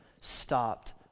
stopped